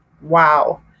Wow